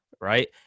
Right